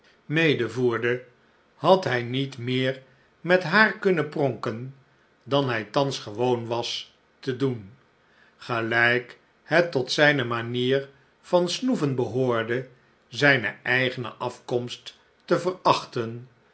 medevoerde had hij niet meer met haar kunnen pronken dan hij thans gewoon was te doen gelijk het tot zijne manier van snoeven behoorde zijne eigene afkomst te verachten